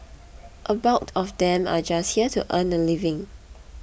a bulk of them are just here to earn a living